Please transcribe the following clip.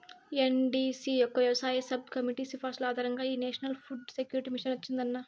NDC యొక్క వ్యవసాయ subcommittee సిఫార్సుల ఆధారంగా ఈ నేషనల్ ఫుడ్ సెక్యూరిటీ మిషన్ వచ్చిందన్న